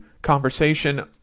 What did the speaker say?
conversation